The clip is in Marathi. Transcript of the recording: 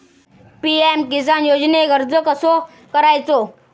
पी.एम किसान योजनेक अर्ज कसो करायचो?